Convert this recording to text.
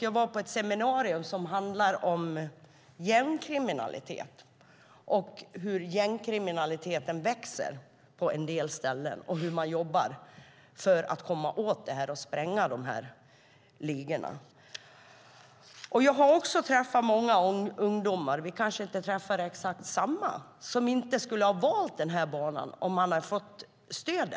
Jag var på ett seminarium som handlade om gängkriminalitet, hur den växer på en del ställen och hur man jobbar för att komma åt detta och spränga de här ligorna. Jag har också träffat många ungdomar - vi kanske inte träffar exakt samma ungdomar - som inte skulle ha valt den här banan om de hade fått stöd.